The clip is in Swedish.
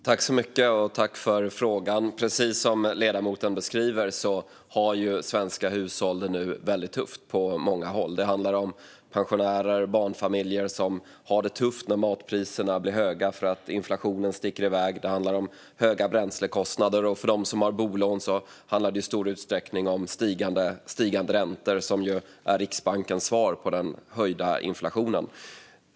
Fru talman! Jag tackar för frågan. Precis som ledamoten beskriver har svenska hushåll det väldigt tufft på många håll nu. Det handlar om pensionärer och barnfamiljer som har det tufft när matpriserna nu blir höga därför att inflationen sticker iväg. Det handlar också om höga bränslekostnader, och för dem som har bolån handlar det i stor utsträckning om stigande räntor - vilket ju är Riksbankens svar på den höga inflationen.